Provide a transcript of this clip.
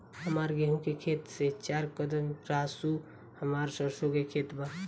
हमार गेहू के खेत से चार कदम रासु हमार सरसों के खेत बा